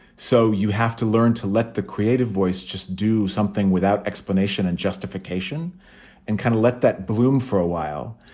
so you have to learn to let the creative voice just do something without explanation explanation and justification and kind of let that bloom for a while.